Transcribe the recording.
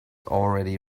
already